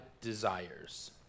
desires